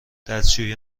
دستشویی